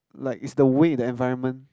like it's the way that environment